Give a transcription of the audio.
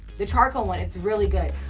the charcoal one, it's really good.